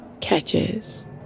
catches